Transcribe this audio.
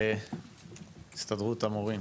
הסתדרות המורים,